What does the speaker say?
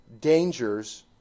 dangers